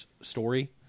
story